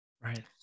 Right